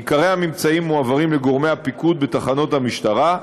עיקרי הממצאים מועברים לגורמי הפיקוד בתחנות המשטרה,